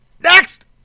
Next